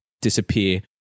disappear